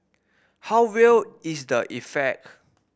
how real is the effect